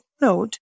note